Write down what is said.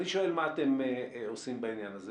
אני שואל: מה אתם עושים בעניין הזה?